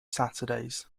saturdays